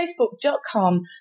facebook.com